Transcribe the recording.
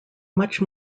much